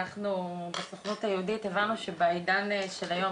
אנחנו בסוכנות היהודית הבנו שבעידן של היום,